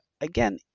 Again